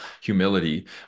humility